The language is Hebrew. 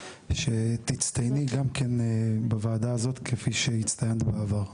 שתצטייני גם כן בוועדה הזאת כפי שהצטיינת בעבר.